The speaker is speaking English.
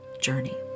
journey